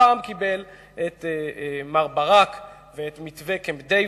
הפעם קיבל את מר ברק ואת מתווה קמפ-דייוויד,